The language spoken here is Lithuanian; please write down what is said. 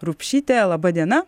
rupšytė laba diena